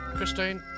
Christine